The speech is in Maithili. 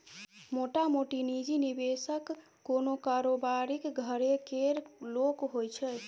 मोटामोटी निजी निबेशक कोनो कारोबारीक घरे केर लोक होइ छै